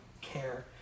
care